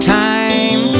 time